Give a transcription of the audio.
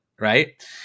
Right